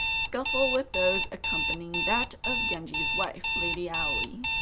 scuffle with those accompanying that of genji's wife, lady aoi,